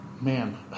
Man